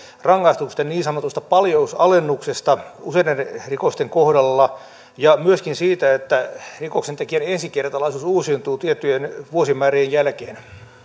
rangaistusten niin sanotusta paljousalennuksesta useiden rikosten kohdalla ja myöskin siitä että rikoksentekijän ensikertalaisuus uusiutuu tiettyjen vuosimäärien jälkeen